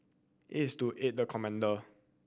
it is to aid the commander